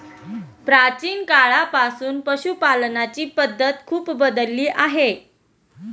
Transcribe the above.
प्राचीन काळापासून पशुपालनाची पद्धत खूप बदलली आहे